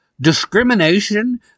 discrimination